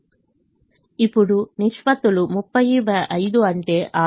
ఇప్పుడు నిష్పత్తులు 305 అంటే 6